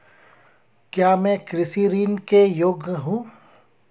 क्या मैं कृषि ऋण के योग्य हूँ?